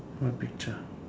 what picture